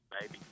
baby